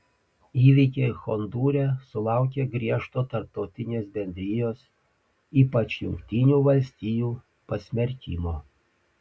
įvykiai hondūre sulaukė griežto tarptautinės bendrijos ypač jungtinių valstijų pasmerkimo